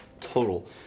total